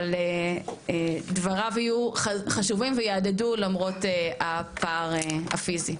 אבל דבריו יהיו חשובים ויהדהדו למרות הפער הפיזי,